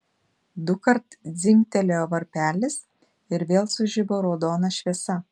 dukart dzingtelėjo varpelis ir vėl sužibo raudona šviesa